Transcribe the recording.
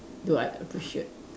do I appreciate